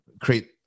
create